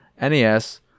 NES